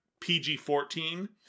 PG-14